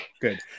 Good